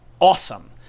awesome